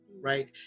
right